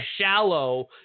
shallow